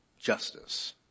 justice